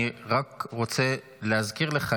אני רק רוצה להזכיר לך,